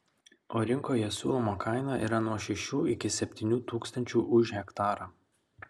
o rinkoje siūloma kaina yra nuo šešių iki septynių tūkstančių už hektarą